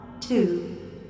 two